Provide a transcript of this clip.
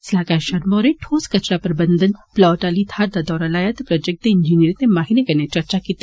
सलाहकार षर्मा होरें ठोस कचरा प्रबंधन प्लॉट आली थाहर दा दौरा लाया ते प्रोजेक्ट दे इंजीनियरें ते माहिरें कन्नै चर्चा कीती